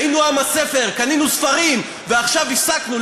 היינו עם הספר, קנינו ספרים, ועכשיו הפסקנו.